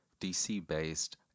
DC-based